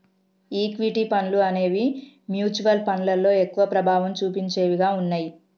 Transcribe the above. equity ఫండ్లు అనేవి mutual ఫండ్లలో ఎక్కువ ప్రభావం చుపించేవిగా ఉన్నయ్యి